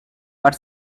but